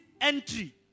entry